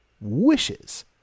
wishes